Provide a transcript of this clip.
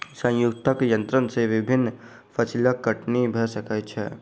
संयुक्तक यन्त्र से विभिन्न फसिलक कटनी भ सकै छै